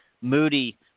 Moody